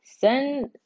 send